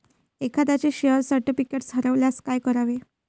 एखाद्याचे share certificate हरवल्यास काय करावे?